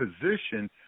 position